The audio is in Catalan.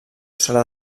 serà